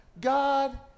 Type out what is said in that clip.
God